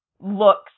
looks